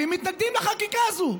והם מתנגדים לחקיקה הזו.